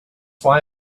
why